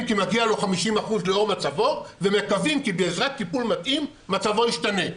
כי מגיע לו 50% לאור מצבו ומקווים כי בעזרת טיפול מתאים מצבו ישתנה'.